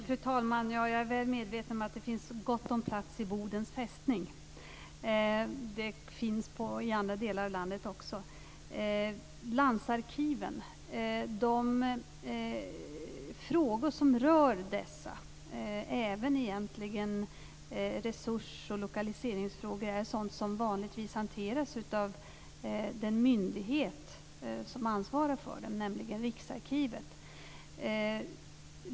Fru talman! Ja, jag är väl medveten om att det finns gott om plats i Bodens fästning. Det finns det i andra delar av landet också. De frågor som rör landsarkiven, egentligen även resurs och lokaliseringsfrågor, hanteras vanligtvis av den myndighet som ansvarar för dem, nämligen Riksarkivet.